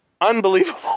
unbelievable